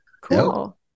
cool